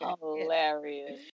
Hilarious